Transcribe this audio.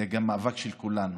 זה גם מאבק של כולנו,